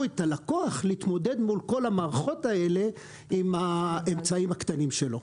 את הלקוח להתמודד מול כל המערכות האלה עם האמצעים הקטנים שלו.